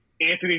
anthony